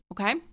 Okay